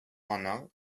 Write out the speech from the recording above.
аның